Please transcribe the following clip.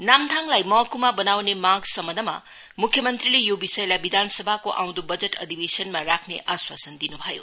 नामथाङलाई महकुमा बनाउने मागसम्बन्धमा मुख्यमन्त्रीले यो विषयलाई विधानसभाको आउँदो बजट अधिवेशनमा राख्ने आश्वासन दिन् भयो